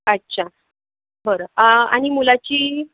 अच्छा बरं आणि मुलाची